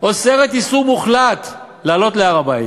אוסרת איסור מוחלט לעלות להר-הבית?